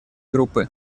группы